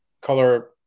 color